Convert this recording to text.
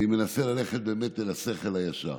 אני מנסה ללכת אל השכל הישר.